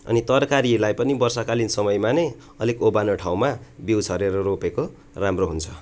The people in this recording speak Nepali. अनि तरकारीलाई पनि वर्षाकालीन समयमा नै अलिक ओबानो ठाउँमा बिउ छरेर रोपेको राम्रो हुन्छ